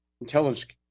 intelligence